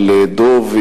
אבל דב,